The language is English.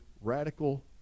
radical